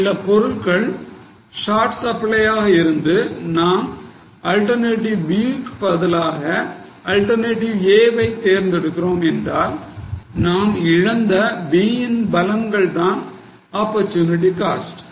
சில பொருள்கள் short supply ஆக இருந்து நாம் alternative b க்கு பதிலாக alternative a வை தேர்ந்தெடுக்கிறோம் என்றால் நாம் இழந்த b ன் பலன்கள்தான் opportunity cost